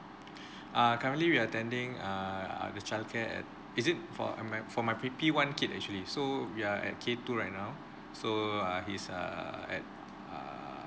uh currently we are attending err the childcare at is it for uh my for my P_P one kid actually so we are at K two right now so uh his err at err